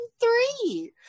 three